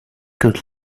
could